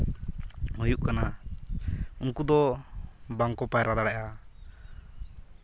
ᱦᱩᱭᱩᱜ ᱠᱟᱱᱟ ᱩᱱᱠᱩ ᱫᱚ ᱵᱟᱝᱠᱚ ᱯᱟᱭᱨᱟ ᱫᱟᱲᱮᱜᱼᱟ